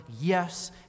yes